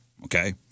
Okay